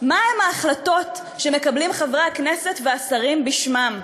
מהן ההחלטות שמקבלים חברי הכנסת והשרים בשמם.